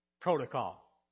protocol